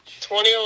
2011